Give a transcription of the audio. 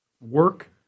work